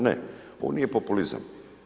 Ne ovo nije populizam.